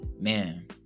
Man